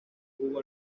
hugo